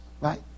right